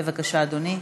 בבקשה, אדוני.